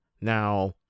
Now